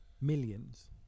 Millions